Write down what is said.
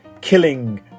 killing